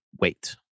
wait